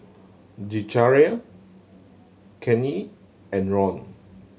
Zechariah Kanye and Ron